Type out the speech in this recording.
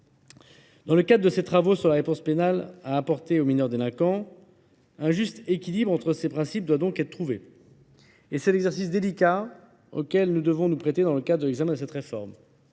Dans le cadre de ces travaux sur la réponse pénale à apporter aux mineurs délinquants, un juste équilibre entre ces principes doit donc être trouvé. Tel est l’exercice délicat auquel nous devons nous prêter dans le cadre de l’examen de cette réforme.